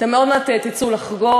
אתם עוד מעט תצאו לחגוג.